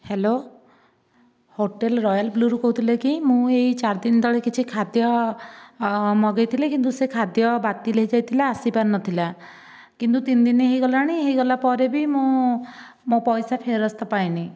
hello hotel royal ବ୍ଳୁରୁ କହୁଥିଲେ କି ମୁଁ ଏଇ ଚାରିଦିନ ତଳେ କିଛି ଖାଦ୍ୟ ମଗାଇଥିଲି କିନ୍ତୁ ସେ ଖାଦ୍ୟ ବାତିଲ ହୋଇଯାଇଥିଲା ଆସିପାରିନଥିଲା କିନ୍ତୁ ତିନିଦିନି ହୋଇଗଲାଣି ହୋଇଗଲା ପରେ ବି ମୁଁ ମୋ' ପଇସା ଫେରସ୍ତ ପାଇନି